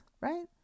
right